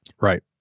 Right